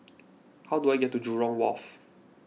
how do I get to Jurong Wharf